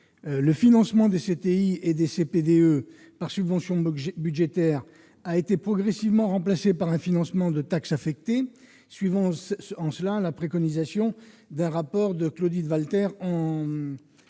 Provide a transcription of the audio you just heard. le financement des CTI et des CPDE par subvention budgétaire a été progressivement remplacé par un financement au moyen de taxes affectées, suivant en cela la préconisation formulée en 2014 dans un rapport de Claudine Valter.